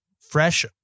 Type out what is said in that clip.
fresh